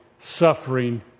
suffering